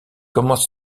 commence